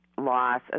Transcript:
loss